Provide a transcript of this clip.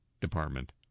Department